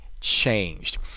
changed